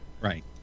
Right